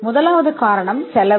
முதலாவது செலவு